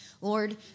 Lord